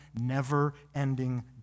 never-ending